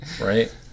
Right